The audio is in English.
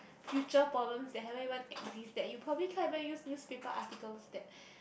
future problems that haven't even exist that you probably can't even use newspaper articles that